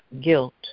guilt